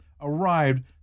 arrived